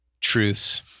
truths